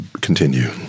continue